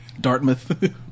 Dartmouth